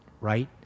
right